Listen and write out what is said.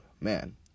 Man